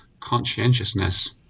conscientiousness